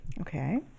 Okay